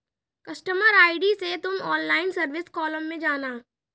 customer ID से तुम online service column में जाना